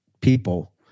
people